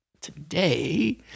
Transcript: today